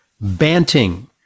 Banting